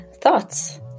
thoughts